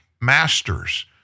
Masters